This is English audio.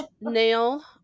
Nail